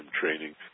training